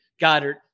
Goddard